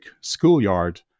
schoolyard